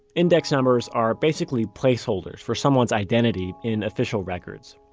index numbers are basically placeholders for someone's identity in official records.